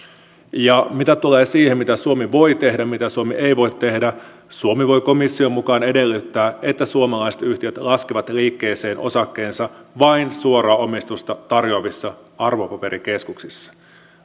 ja mitä tulee siihen mitä suomi voi tehdä mitä suomi ei voi tehdä suomi voi komission mukaan edellyttää että suomalaiset yhtiöt laskevat liikkeeseen osakkeensa vain suoraa omistusta tarjoavissa arvopaperikeskuksissa